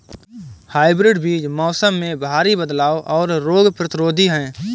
hybrid बीज मौसम में भारी बदलाव और रोग प्रतिरोधी हैं